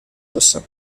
rossa